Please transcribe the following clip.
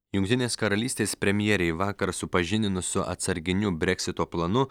jungtinės karalystės premjerei vakar supažindinus su atsarginiu breksito planu